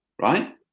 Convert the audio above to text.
right